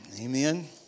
Amen